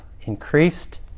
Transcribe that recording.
increased